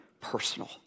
personal